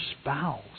spouse